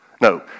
No